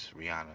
Rihanna